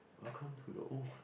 welcome to the oh